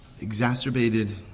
exacerbated